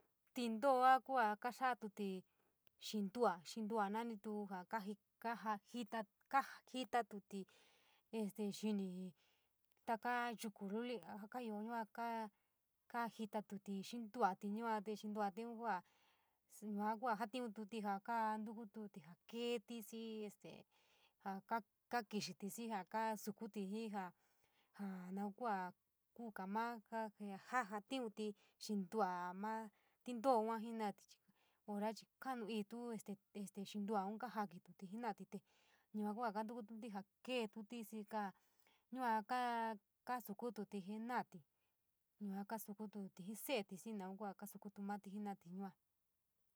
Tintoo kuuo ja kasatuti xintua, ja a nanitu jaa kaaja, kajitatuti este xini taka yuku luli jaa ka ioo yuaa kaa kaajitatutí xintua’ati yua te xintuati kuu, yuaá kuu ja jatiunti jaa ntukutí jaa keeti xii este jaa ka kakixitulí xii jaa kasukuti jii, jaa jaa noun kua kuka maa sa, ja jatiunti xindua ma tintoo yua, jinaatí chii orachii kaanu iitu este este xiindua kajakitite te jenaati te yua kua kantukuti jaa keetuti jii se’eti xii naun kua kasukututi mati jena’ati yua.